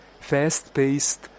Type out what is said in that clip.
fast-paced